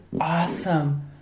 awesome